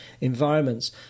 environments